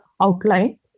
outline